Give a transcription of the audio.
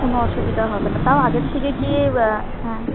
কোনও অসুবিধা হবে না তাও আগের থেকে গিয়ে হ্যাঁ